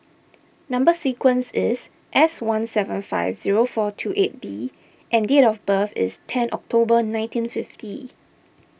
Number Sequence is S one seven five zero four two eight B and date of birth is ten October nineteen fifty